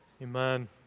Amen